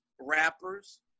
rappers